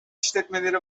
işletmeleri